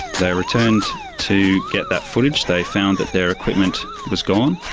they returned to get that footage. they found that their equipment was gone.